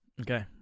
Okay